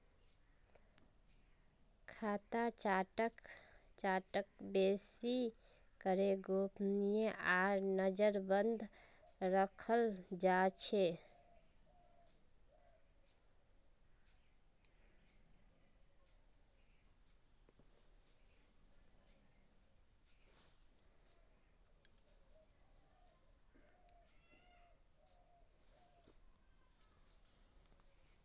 खाता चार्टक बेसि करे गोपनीय आर नजरबन्द रखाल जा छे